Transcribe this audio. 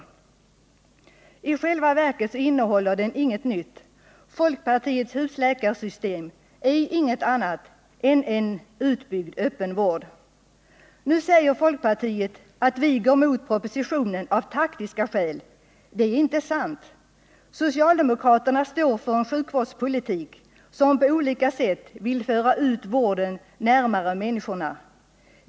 I själva verket innehåller den inget nytt. Folkpartiets ”husläkarsystem” är inget annat än en utbyggd öppen vård. Nu säger folkpartiet att vi går emot propositionen av taktiska skäl. Det är inte sant. Socialdemokraterna står för en sjukvårdspolitik som på olika sätt vill föra ut vården närmare människorna.